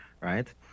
right